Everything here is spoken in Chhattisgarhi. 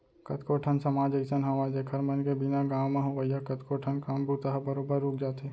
कतको ठन समाज अइसन हावय जेखर मन के बिना गाँव म होवइया कतको ठन काम बूता ह बरोबर रुक जाथे